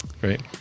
Great